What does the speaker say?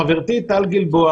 חברתי טל גלבוע